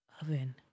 oven